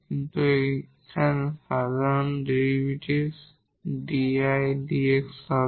কিন্তু এখানে সাধারণ ডেরিভেটিভ 𝑑𝐼 𝑑𝑥 হবে